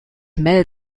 mel